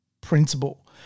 principle